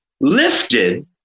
lifted